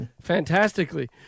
fantastically